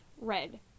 red